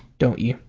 don't you,